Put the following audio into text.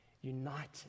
united